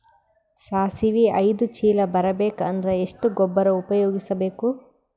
ಸಾಸಿವಿ ಐದು ಚೀಲ ಬರುಬೇಕ ಅಂದ್ರ ಎಷ್ಟ ಗೊಬ್ಬರ ಉಪಯೋಗಿಸಿ ಬೇಕು?